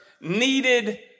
needed